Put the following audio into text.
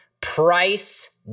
price